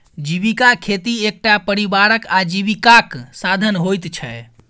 जीविका खेती एकटा परिवारक आजीविकाक साधन होइत छै